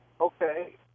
Okay